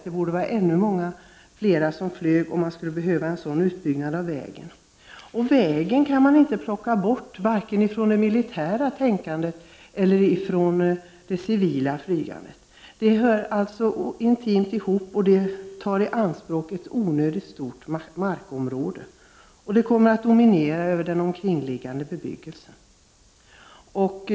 Det borde vara många fler som flög om det vore nödvändigt med en så omfattande utbyggnad av vägen. Man kan inte plocka bort vägen, vare sig från det militära tänkandet eller från det civila flyget. Det hör intimt ihop och tar i anspråk ett onödigt stort markområde. Flygplatsen kommer att dominera över den omkringliggande bebyggelsen.